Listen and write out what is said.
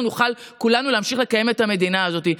נוכל כולנו להמשיך לקיים את המדינה הזאת.